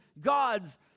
God's